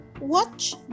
Watch